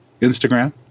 Instagram